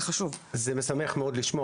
זה משמח מאוד לשמוע.